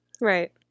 Right